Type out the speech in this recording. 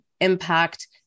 impact